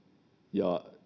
ja